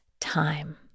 time